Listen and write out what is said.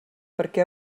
perquè